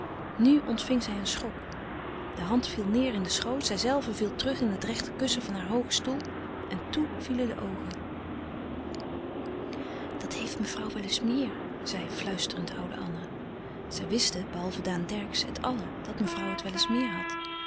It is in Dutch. nu ontving zij een schok de hand viel neêr in den schoot zijzelve viel terug in het rechte kussen van haar hoogen stoel en toe vielen de oogen dat heeft mevrouw wel eens meer zei fluisterend oude anna zij wisten behalve daan dercksz het allen dat mevrouw het wel eens meer had